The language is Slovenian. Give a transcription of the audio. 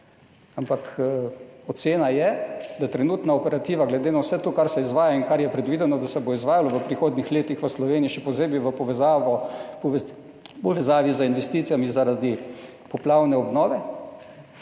ampak ocena je, da je trenutna operativa glede na vse to, kar se izvaja in kar je predvideno, da se bo izvajalo v prihodnjih letih v Sloveniji, še posebej v povezavi z investicijami zaradi poplavne obnove,